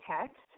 text